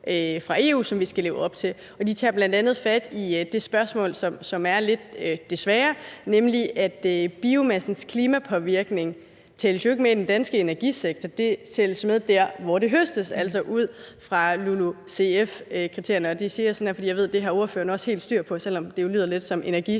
fra EU, som vi skal leve op til. Det tager bl.a. fat i det spørgsmål, som desværre er der, nemlig at biomassens klimapåvirkning ikke tælles med i den danske energisektor, men tælles med der, hvor det høstes, altså ud fra LULUCF-kriterierne – det siger jeg, fordi jeg ved, at det har ordføreren helt styr på, selv om det jo lyder lidt som energiswahili.